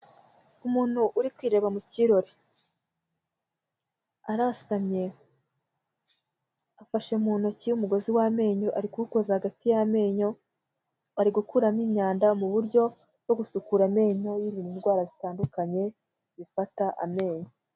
Umuntu uri kwireba mu kirori, arasamye, afashe mu ntoki umugozi w'amenyo ari kuwukoza hagati y'amenyo, ari gukuramo imyanda mu buryo bwo gusukura amenyo yirinda indwara zitandukanye zifata amenyo